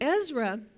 Ezra